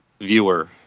viewer